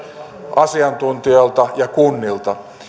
asiantuntijoilta ja kunnilta